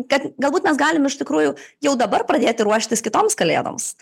kad galbūt mes galim iš tikrųjų jau dabar pradėti ruoštis kitoms kalėdoms